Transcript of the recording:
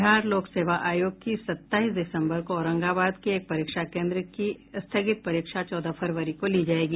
बिहार लोक सेवा आयोग की सत्ताईस दिसम्बर को औरंगाबाद के एक परीक्षा केन्द्र की स्थगित परीक्षा चौदह फरवरी को ली जायेगी